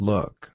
Look